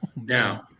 Now